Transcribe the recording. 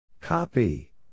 Copy